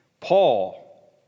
Paul